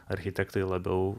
architektai labiau